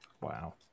Wow